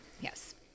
Yes